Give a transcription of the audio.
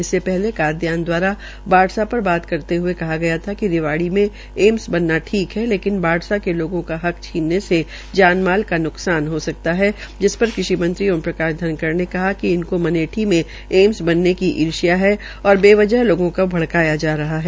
इससे पहले कादयान दवारा बाढ़सा पर बात करते हये कहा गया था कि रिवाड़ी में एम्स बनना ठीक है लेकिन बाढ़सा के लोगों का हक छीनने से जानमाल का न्कसान हो सकता है जिस पर कृषि मंत्री ओम प्रकाश धनखड़ ने कहा कि उनके मनेठी में एम्स बनने की ईष्र्या है और बेवजह लोगों को भड़काया जा रहा है